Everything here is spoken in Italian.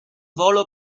volo